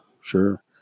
Sure